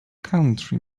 country